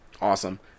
Awesome